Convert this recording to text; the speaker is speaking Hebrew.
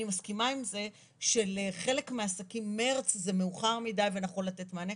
אני מסכימה עם זה שלחלק מהעסקים מרץ זה מאוחר מידי ונכון לתת מענה.